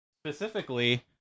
Specifically